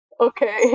Okay